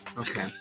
Okay